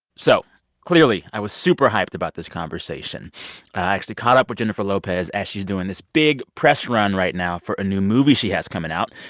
so clearly i was super hyped about this conversation i actually caught up with jennifer lopez as she's doing this big press run right now for a new movie she has coming out.